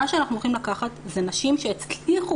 אנחנו עומדים לקחת נשים שהצליחו